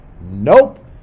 Nope